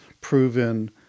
proven